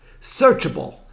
searchable